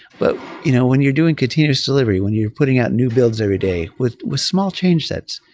but you know when you're doing continuous delivery, when you're putting out new builds everyday with with small change sets,